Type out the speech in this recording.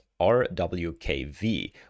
RWKV